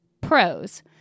Pros